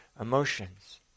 emotions